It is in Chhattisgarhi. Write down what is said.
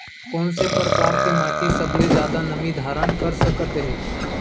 कोन से परकार के माटी सबले जादा नमी धारण कर सकत हे?